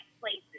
places